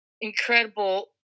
incredible